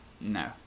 No